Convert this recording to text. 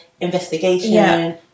Investigation